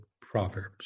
Proverbs